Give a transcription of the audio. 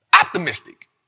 optimistic